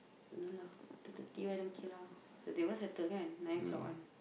don't know lah two thirty one don't care lah they want settle kan nine o-clock one